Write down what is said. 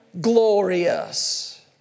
glorious